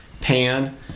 pan